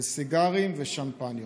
של סיגרים ושמפניות".